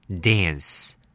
Dance